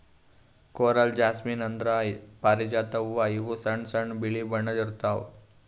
coral jasmine ಅಂದ್ರ ಪಾರಿಜಾತ ಹೂವಾ ಇವು ಸಣ್ಣ್ ಸಣ್ಣು ಬಿಳಿ ಬಣ್ಣದ್ ಇರ್ತವ್